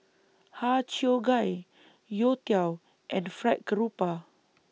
Har Cheong Gai Youtiao and Fried Garoupa